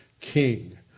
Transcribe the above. king